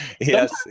Yes